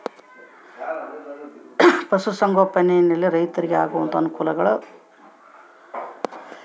ಪಶುಸಂಗೋಪನೆಯಲ್ಲಿ ರೈತರಿಗೆ ಆಗುವಂತಹ ಅನುಕೂಲಗಳು?